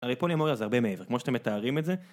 הרי פוליאמוריה זה הרבה מעבר, כמו שאתם מתארים את זה